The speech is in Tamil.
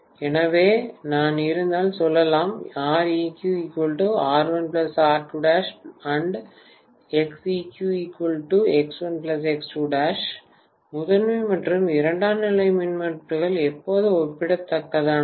எனவே நான் இருந்தால் சொல்லலாம் மாணவர் முதன்மை மற்றும் இரண்டாம் நிலை மின்மறுப்புகள் எப்போதும் ஒப்பிடத்தக்கதா